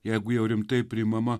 jeigu jau rimtai priimama